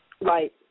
Right